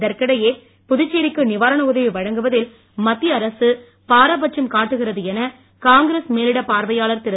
இதற்கிடையே புதுச்சேரிக்கு நிவாரண உதவி வழங்குவதில் மத்திய அரசு பாரபட்சம் காட்டுகிறது என காங்கிரஸ் மேலிடப் பார்வையாளர் திரு